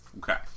okay